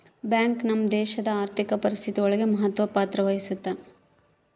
bank ನಮ್ ದೇಶಡ್ ಆರ್ಥಿಕ ಪರಿಸ್ಥಿತಿ ಒಳಗ ಮಹತ್ವ ಪತ್ರ ವಹಿಸುತ್ತಾ